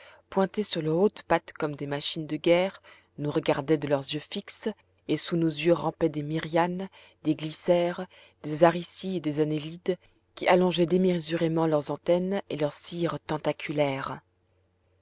pointés sur leurs hautes pattes comme des machines de guerre nous regardaient de leurs yeux fixes et sous nos pieds rampaient des myrianes des glycères des aricies et des annélides qui allongeaient démesurément leurs antennes et leurs cyrrhes tentaculaires